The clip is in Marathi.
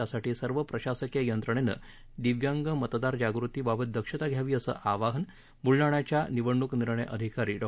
त्यासाठी सर्व प्रशासकीय यंत्रणेनं दिव्यांग मतदार जागृती बाबत दक्षता घ्यावी असं आवाहन ब्लडाण्याच्या निवडणूक अधिकारी डॉ